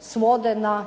svode na